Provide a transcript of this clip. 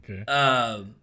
okay